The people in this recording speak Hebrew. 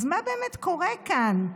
אז מה באמת קורה כאן?